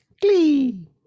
glee